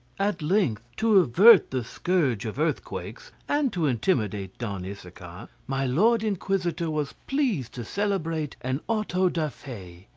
at length, to avert the scourge of earthquakes, and to intimidate don issachar, my lord inquisitor was pleased to celebrate an auto-da-fe.